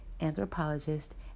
anthropologist